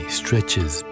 stretches